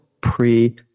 pre-